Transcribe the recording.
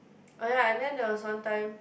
oh yea and then there was one time